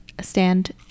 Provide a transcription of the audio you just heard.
stand